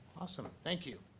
awesome, thank you.